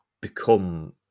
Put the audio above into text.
become